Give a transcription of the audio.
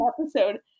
episode